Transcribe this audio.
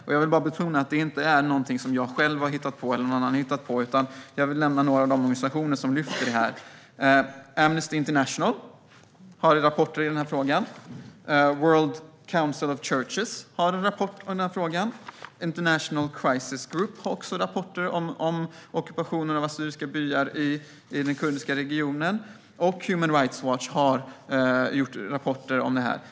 Jag vill betona att detta inte är någonting som jag själv har hittat på eller som någon annan har hittat på. Jag vill nämna några av de organisationer som tar upp detta. Amnesty International har rapporter om denna fråga. World Council of Churches har en rapport om frågan. International Crisis Group har också rapporter om ockupationer av assyriska byar i den kurdiska regionen. Även Human Rights Watch har gjort rapporter om detta.